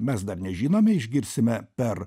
mes dar nežinome išgirsime per